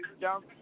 down